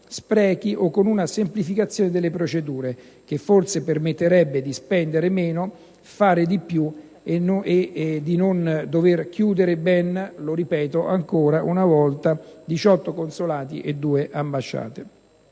sprechi o con una semplificazione delle procedure, che forse permetterebbe di spendere meno, fare di più e di non dover chiudere ‑ lo ripeto ancora una volta - ben 18 consolati e 2 ambasciate.